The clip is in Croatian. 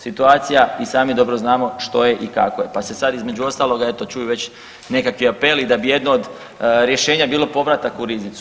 Situacija i sami dobro znamo što je i kako je, pa se sad između ostaloga eto čuju već nekakvi apeli da bi jedno od rješenja bilo povratak u riznicu.